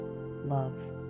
love